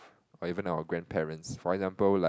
or even our grandparents for example like